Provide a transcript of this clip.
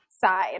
side